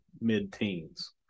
mid-teens